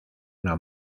una